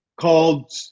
called